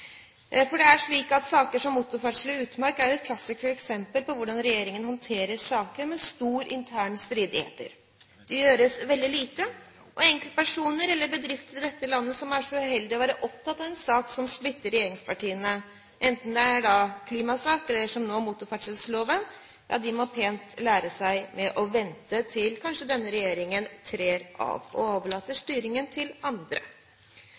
motorferdsel i utmark er et klassisk eksempel på hvordan regjeringen håndterer saker med store interne stridigheter. Det gjøres veldig lite. Enkeltpersoner eller bedrifter i dette landet som er så uheldig å være opptatt av en sak som splitter regjeringspartiene, enten det er klimasaken eller som nå, motorferdselloven, må pent lære seg å vente til denne regjeringen kanskje trer av og overlater styringen til andre.